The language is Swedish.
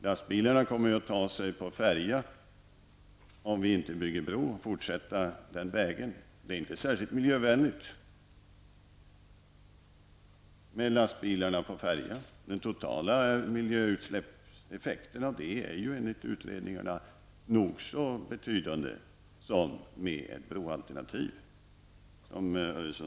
Lastbilarna kommer, om vi inte bygger en bro, att fortsätta att ta sig över sundet med färja, och det är inte särskilt miljövänligt. Den totala miljöutsläppseffekten av det är enligt utredningarna nog så betydande som effekten av ett broalternativ.